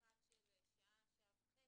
מרחק של שעה-שעה וחצי,